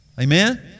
Amen